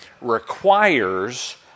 requires